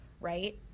right